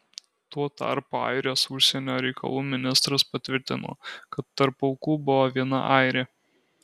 tuo tarpu airijos užsienio reikalų ministras patvirtino kad tarp aukų buvo viena airė